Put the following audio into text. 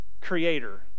creator